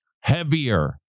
heavier